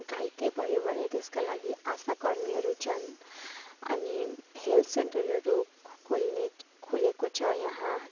घाइते भयो भने त्यसका लागि आशा कर्मीहरू छन् अनि हेल्थ सेन्टरहरू खोल्ने खोलेको छ यहाँ